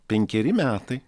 penkeri metai